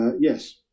yes